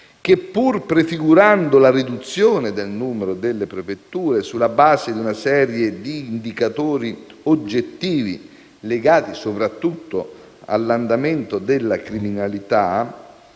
che pur prefigurando la riduzione del numero delle prefetture, sulla base di una serie di indicatori oggettivi legati all'andamento della criminalità,